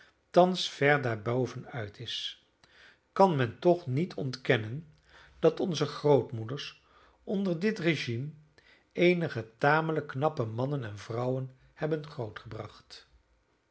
thans ver daar bovenuit is kan men toch niet ontkennen dat onze grootmoeders onder dit régime eenige tamelijk knappe mannen en vrouwen hebben grootgebracht